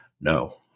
no